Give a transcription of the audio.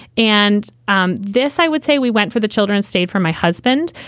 and um this i would say we went for the children's state for my husband.